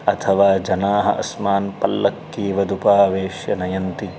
अथवा जनाः अस्मान् पल्लक्की वदुपावेश्य नयन्ति